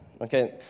Okay